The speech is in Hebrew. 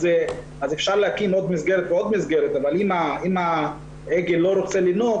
אז אפשר להקים עוד מסגרת ועוד מסגרת אבל אם ההגה לא רוצה לנהוג,